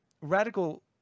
radical